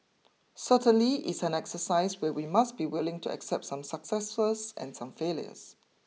certainly it's an exercise where we must be willing to accept some successes and some failures